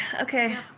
Okay